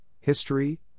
history